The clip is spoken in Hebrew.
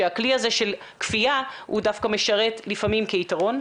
שהכלי הזה של כפייה דווקא משרת לפעמים כיתרון.